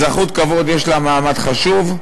אזרחות כבוד יש לה מעמד חשוב.